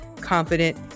confident